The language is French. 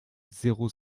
zéro